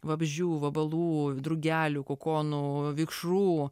vabzdžių vabalų drugelių kokonų vikšrų